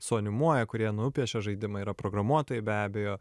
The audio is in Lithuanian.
su animuoja kurie nupiešia žaidimą yra programuotojai be abejo